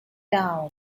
down